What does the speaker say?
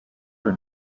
are